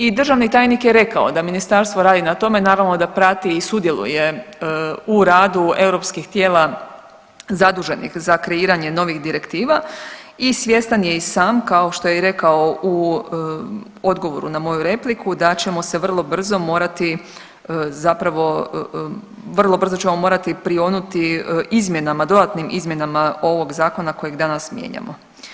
I državni tajnik je rekao da ministarstvo radi na tome, naravno da prati i sudjeluje u radu europskih tijela zaduženih za kreiranje novih direktiva i svjestan je i sam kao što je i rekao u odgovoru na moju repliku da ćemo se vrlo brzo morati zapravo vrlo brzo ćemo morati prionuti izmjenama, dodatnim izmjenama ovog zakona kojeg danas mijenjamo.